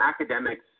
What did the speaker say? academics